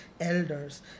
elders